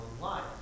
life